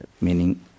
meaning